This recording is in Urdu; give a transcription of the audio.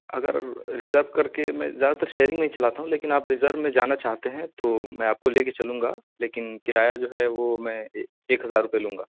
اگر ریزرو کر کے میں زیادہ تر شیئرنگ میں ہی چلاتا ہوں لیکن آپ ریزرو میں جانا چاہتے ہیں تو میں آپ کو لے کے چلوں گا لیکن کرایہ جو ہے وہ میں ایک ہزار روپئے لوں گا